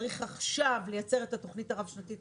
צריך עכשיו לייצר את התוכנית הרב שנתית